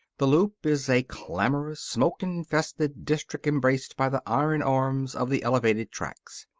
the loop is a clamorous, smoke-infested district embraced by the iron arms of the elevated tracks.